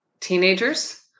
teenagers